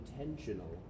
intentional